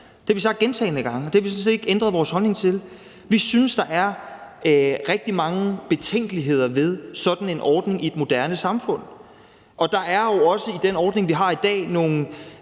Det har vi sagt gentagne gange, og det har vi sådan set ikke ændret vores holdning til. Vi synes, at der er rigtig mange betænkeligheder ved sådan en ordning i et moderne samfund, og der er jo også i kulturordningens bogstav i dag noget,